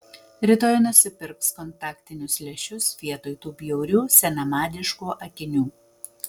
rytoj nusipirks kontaktinius lęšius vietoj tų bjaurių senamadiškų akinių